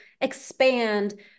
expand